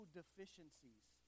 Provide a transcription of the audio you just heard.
deficiencies